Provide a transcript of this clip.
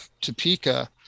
Topeka